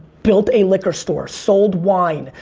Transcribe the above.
built a liquor store. sold wine.